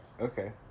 Okay